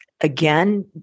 Again